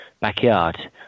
Backyard